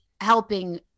helping